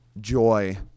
joy